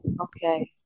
Okay